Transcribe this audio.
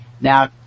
Now